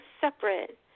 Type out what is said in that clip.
separate